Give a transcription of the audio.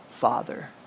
Father